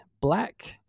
Black